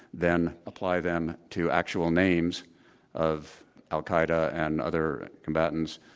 then apply them to actual names of al-qaeda and other combatants.